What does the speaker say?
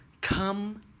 Come